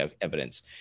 evidence